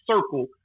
circle